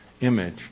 image